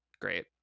great